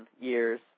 years